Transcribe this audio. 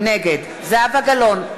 נגד זהבה גלאון,